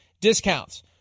discounts